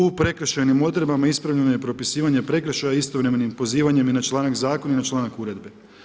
U prekršajnim odredbama ispravljeno je propisivanje prekršaja istovremenim pozivanjem i na članak zakona i na članak uredbe.